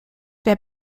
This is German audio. wer